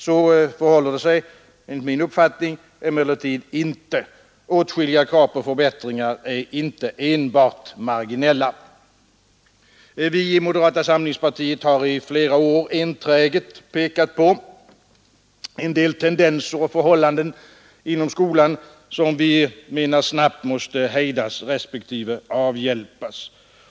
Så förhåller det sig enligt min uppfattning emellertid inte. Åtskilliga krav på förbättringar är inte enbart marginella. Vi i moderata samlingspartiet har i flera år enträget pekat på en del tendenser och förhållanden inom skolan som vi menar snabbt måste hejdas respektive avhjälpas.